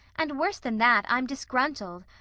and, worse than that, i'm disgruntled.